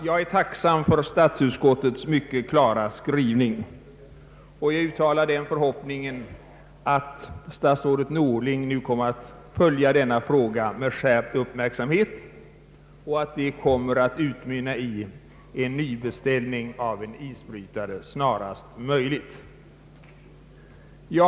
Jag är tacksam för statsutskottets mycket klara skrivning, och jag uttalar den förhoppningen att statsrådet Norling nu kommer att följa denna fråga med skärpt uppmärksamhet samt att detta kommer att utmynna i en nybeställning av en isbrytare snarast möjligt.